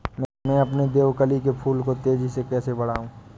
मैं अपने देवकली के फूल को तेजी से कैसे बढाऊं?